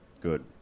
Good